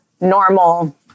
normal